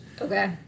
okay